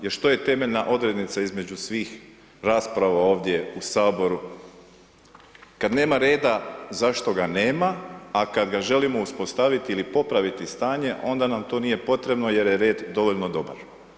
Jer što je temeljna odrednica između svih rasprava ovdje u saboru, kad nema reda, zašto ga nema, a kad ga želimo uspostaviti ili popraviti stanje onda nam to nije potrebno jer je red dovoljno dobar.